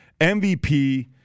MVP